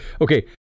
Okay